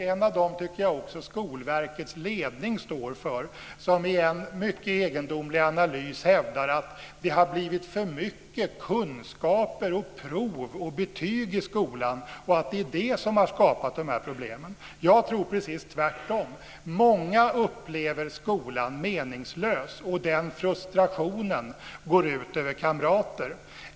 En av dem står Skolverkets ledning för. I en mycket egendomlig analys hävdar man att det har blivit för mycket kunskaper, prov och betyg i skolan, och det är vad som har skapat de här problemen. Jag tror precis tvärtom. Många upplever skolan som meningslös. Den frustrationen går ut över kamrater.